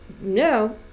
no